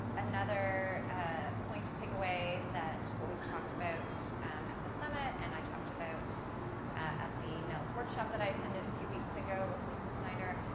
another ah point to take away that we've talked about at the summit and i talked about at the nnels workshop that i attended a few weeks ago with lisa snyder,